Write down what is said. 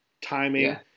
timing